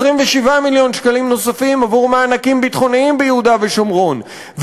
27 מיליון שקלים נוספים עבור מענקים ביטחוניים ביהודה ושומרון,